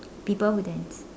people who dance